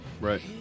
right